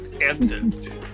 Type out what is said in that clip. ended